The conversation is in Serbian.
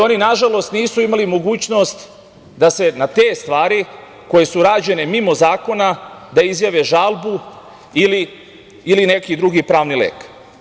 Oni, nažalost, nisu imali mogućnost da se na te stvari, koje su rađene mimo zakona, da izjave žalbu ili neki drugi pravni lek.